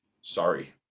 sorry